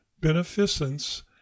beneficence